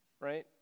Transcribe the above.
right